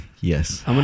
Yes